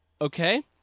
Okay